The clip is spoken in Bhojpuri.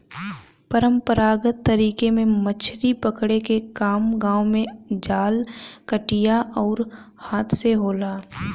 परंपरागत तरीका में मछरी पकड़े के काम गांव में जाल, कटिया आउर हाथ से होला